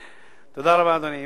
תודה רבה, אדוני.